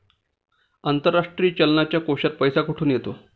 आंतरराष्ट्रीय चलनाच्या कोशात पैसा कुठून येतो?